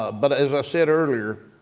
but as i said earlier,